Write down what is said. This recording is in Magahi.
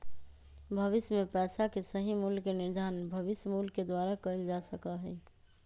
भविष्य में पैसा के सही मूल्य के निर्धारण भविष्य मूल्य के द्वारा कइल जा सका हई